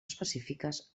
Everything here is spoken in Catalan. específiques